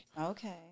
Okay